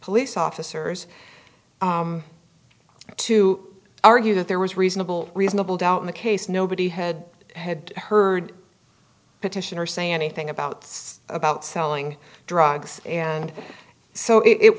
police officers to argue that there was reasonable reasonable doubt in the case nobody had had heard petitioner say anything about it's about selling drugs and so it